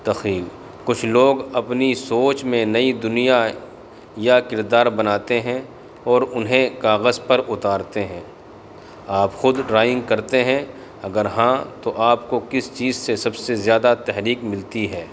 تخیل کچھ لوگ اپنی سوچ میں نئی دنیا یا کردار بناتے ہیں اور انہیں کاغذ پر اتارتے ہیں آپ خود ڈرائنگ کرتے ہیں اگر ہاں تو آپ کو کس چیز سے سب سے زیادہ تحریک ملتی ہے